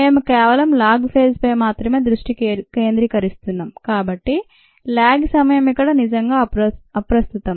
మేము కేవలం log phase పై మాత్రమే దృష్టి కేంద్రీకరిస్తున్నాం కాబట్టి ల్యాగ్ సమయం ఇక్కడ నిజంగా అప్రస్తుతం